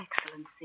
Excellency